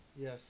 Yes